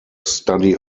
study